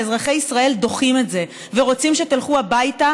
ואזרחי ישראל דוחים את זה ורוצים שתלכו הביתה,